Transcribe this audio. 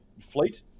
fleet